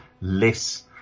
less